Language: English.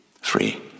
Free